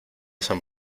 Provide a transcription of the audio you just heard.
san